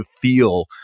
feel